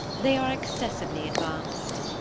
they are excessively advanced.